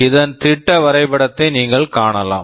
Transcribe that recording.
இதன் திட்ட வரைபடத்தை நீங்கள் காணலாம்